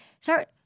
Start